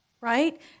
right